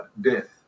death